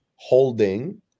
holding